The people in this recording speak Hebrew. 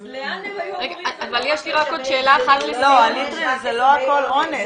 אז לאן הם --- הליטרים זה לא הכל אונס.